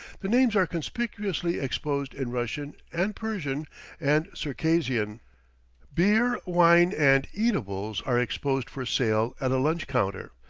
the names are conspicuously exposed in russian and persian and circassian. beer, wine, and eatables are exposed for sale at a lunch-counter,